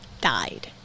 died